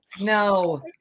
No